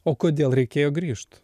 o kodėl reikėjo grįžt